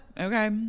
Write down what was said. Okay